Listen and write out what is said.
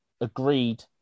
agreed